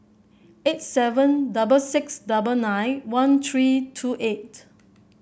eight seven double six double nine one three two eight